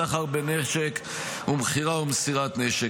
סחר בנשק ומכירה או מסירת נשק.